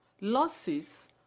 losses